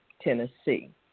Tennessee